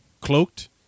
cloaked